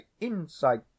insight